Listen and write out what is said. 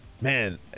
Man